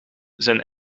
zijn